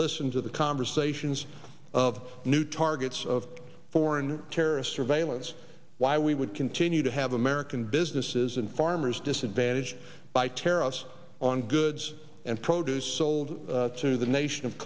listen to the conversations of new targets of foreign terrorist surveillance why we would continue to have american businesses and farmers disadvantaged by terrorists on goods and produce sold to the nation of